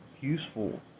useful